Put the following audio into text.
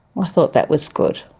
i thought that was good,